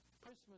Christmas